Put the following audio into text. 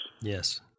Yes